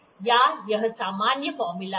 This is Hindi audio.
या यह सामान्य फार्मूला है